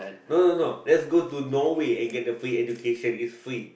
no no no let's go to Norway and get the free education is free